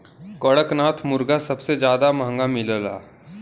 कड़कनाथ मुरगा सबसे जादा महंगा मिलला